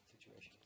situations